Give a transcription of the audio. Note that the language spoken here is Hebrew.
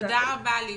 תודה רבה לי-זו.